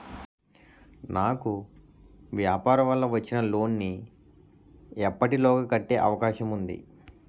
నాకు వ్యాపార వల్ల వచ్చిన లోన్ నీ ఎప్పటిలోగా కట్టే అవకాశం ఉంది?